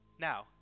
Now